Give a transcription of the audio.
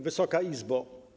Wysoka Izbo!